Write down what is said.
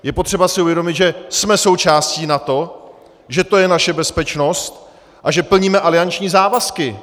Je potřeba si uvědomit, že jsme součástí NATO, že to je naše bezpečnost a že plníme alianční závazky.